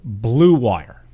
BLUEWIRE